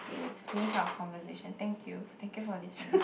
to finish our conversation thank you thank you for listening